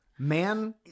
Man